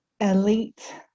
elite